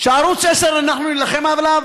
שערוץ 10, אנחנו נילחם עליו,